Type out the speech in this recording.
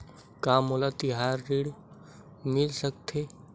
का मोला तिहार ऋण मिल सकथे?